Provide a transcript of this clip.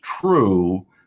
true